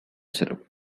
syrup